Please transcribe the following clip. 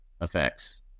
effects